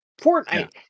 Fortnite